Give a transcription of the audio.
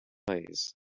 pies